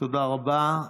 תודה רבה.